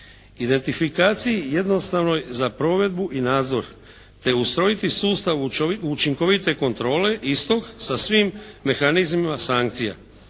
identifikaciji jednostavno za provedbu i nadzor te ustrojiti sustav učinkovite kontrole istog sa svim mehanizmima sankcija.